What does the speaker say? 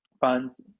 funds